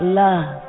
love